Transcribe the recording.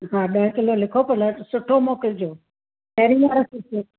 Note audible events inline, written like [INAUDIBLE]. हा ॾह किलो लिखो भले सुठो मोकिलिजो [UNINTELLIGIBLE]